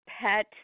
pet